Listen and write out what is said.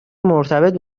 مرتبط